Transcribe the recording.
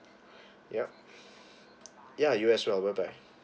yup ya you as well bye bye